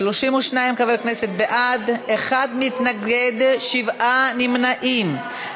32 חברי כנסת בעד, אחד מתנגד, שבעה נמנעים.